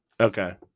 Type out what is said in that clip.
Okay